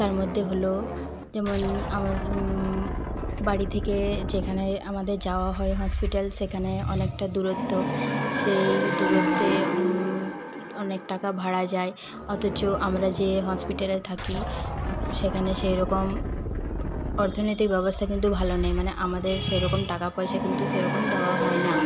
তার মধ্যে হল যেমন আমাদের বাড়ি থেকে যেখানে আমাদের যাওয়া হয় হসপিটাল সেখানে অনেকটা দূরত্ব সেই দূরত্বে অনেক টাকা ভাড়া যায় অথচ আমরা যে হসপিটালে থাকি সেখানে সেইরকম অর্থনৈতিক অবস্থা কিন্তু ভালো নেই মানে আমাদের কিন্তু টাকা পয়সা সেইরকম দেওয়া হয় না